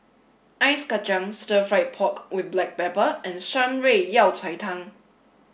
Ice Kacang Stir Fried Pork with Black Pepper and Shan Rui Yao Cai Tang